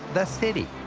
the city.